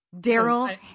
Daryl